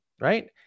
right